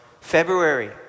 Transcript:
February